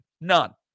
None